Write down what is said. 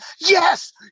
Yes